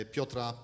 Piotra